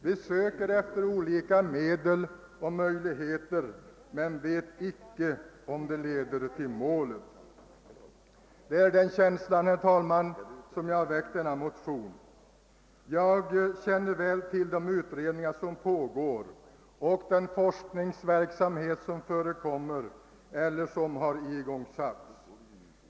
Vi söker efter olika medel och möjligheter men vet inte om de leder till målet. Det är i den känslan, herr talman, som jag har väckt denna motion. Jag känner väl till de utredningar som pågår och den forskningsverksamhet som förekommit eller igångsatts.